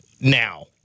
now